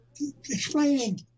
explaining